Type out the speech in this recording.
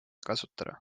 kasutada